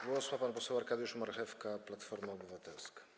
Głos ma pan poseł Arkadiusz Marchewka, Platforma Obywatelska.